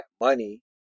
money